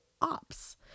ops